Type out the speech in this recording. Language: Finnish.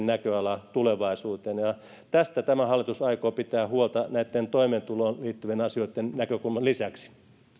näköala tulevaisuuteen tästä tämä hallitus aikoo pitää huolta näitten toimeentuloon liittyvien asioitten näkökulman lisäksi